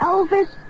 Elvis